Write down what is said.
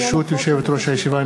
ברשות יושבת-ראש הישיבה,